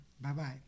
Bye-bye